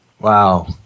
Wow